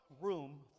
room